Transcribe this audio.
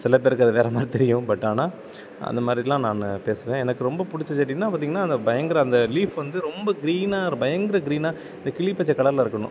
சில பேருக்கு அது வேற மாதிரி தெரியும் பட் ஆனால் அந்த மாதிரிலாம் நானு பேசுவேன் எனக்கு ரொம்ப பிடிச்ச செடின்னா பார்த்தீங்கன்னா அந்த பயங்கர அந்த லீஃப் வந்து ரொம்ப க்ரீனா ஒரு பயங்கர க்ரீனா இந்த கிளிப்பச்சை கலரில் இருக்கணும்